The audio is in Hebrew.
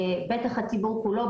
בטח הציבור כולו,